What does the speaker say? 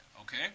Okay